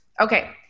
Okay